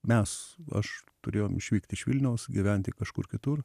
mes aš turėjom išvykt iš vilniaus gyventi kažkur kitur